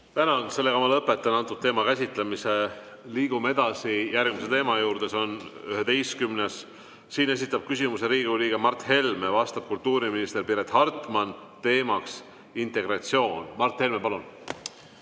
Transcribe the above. Tänan! Lõpetan selle teema käsitlemise. Liigume edasi järgmise teema juurde, see on 11. Siin esitab küsimuse Riigikogu liige Mart Helme, vastab kultuuriminister Piret Hartman ja teemaks on integratsioon. Mart Helme, palun!